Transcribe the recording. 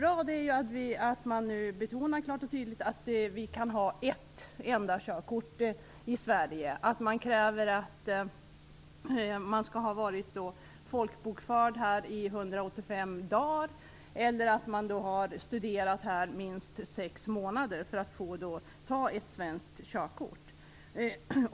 Det som är bra är att man nu klart och tydligt betonar att det nu går att ha ett enda körkort i Sverige. Det krävs att man skall ha varit folkbokförd här i 185 dagar eller att man har studerat här i minst sex månader för att man skall kunna få ta ett svenskt körkort.